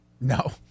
No